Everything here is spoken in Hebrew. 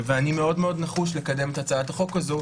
ואני מאוד מאוד נחוש לקדם את הצעת החוק הזו.